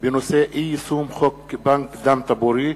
בעקבות דיון מהיר בנושא: אי-יישום חוק בנק דם טבורי,